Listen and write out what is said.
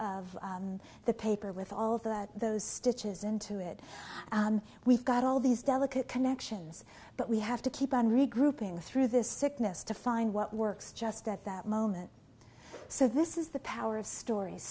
of the paper with all of that those stitches into it we've got all these delicate connections but we have to keep on regrouping through this sickness to find what works just at that moment so this is the power of stories